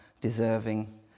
deserving